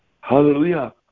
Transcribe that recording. Hallelujah